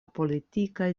politikaj